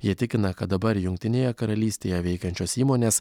jie tikina kad dabar jungtinėje karalystėje veikiančios įmonės